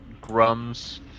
Grum's